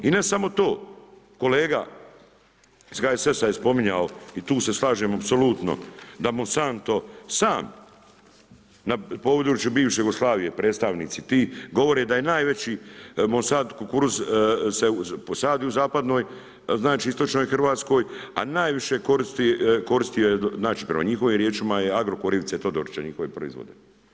I ne samo to, kolega iz HSS-a je spominjao i tu se slažem apsolutno, da Monsantno, sam, na području biše Jugoslavije, predstavnici ti, govore da je najveći Monsantno kukuruz se poslati u zapadnoj, znači istočnoj Hrvatskoj, a najviše koristi znači prema njihovim riječima je Agrokor Ivice Todorića i njihove proizvodnje.